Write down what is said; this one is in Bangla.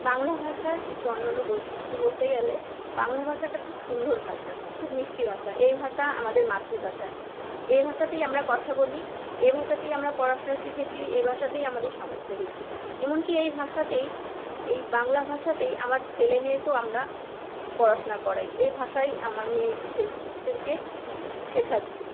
বাংলা ভাষার কিছু অনন্য বৈশিষ্ট্য বলতে গেলে বাংলা ভাষা একটা খুব সুন্দর ভাষা খুব মিষ্টি ভাষা এই ভাষা আমাদের মাতৃভাষা এ ভাষাতেই আমরা কথা বলি এ ভাষাতেই আমরা পড়াশোনা শিখেছি এ ভাষাতেই আমাদের সমস্ত কিছু এমন কি এই ভাষাতেই এই বাংলা ভাষাতেই আমার ছেলে মেয়েকেও আমরা পড়াশোনা করাই এই ভাষাই আমার মেয়ে ছেলেদেরকে শেখাচ্ছি